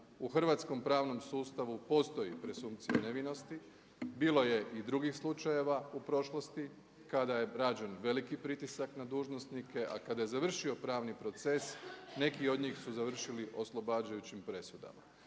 u hrvatskom pravnom sustavu postoji presumpcija nevinosti, bilo je i drugih slučajeva u prošlosti kada je rađen veliki pritisak na dužnosnike, a kada je završio pravni proces neki od njih su završili oslobađajućim presudama.